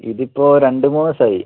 ഇതിപ്പോൾ രണ്ട് മൂന്ന് ദിവസമായി